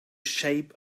shape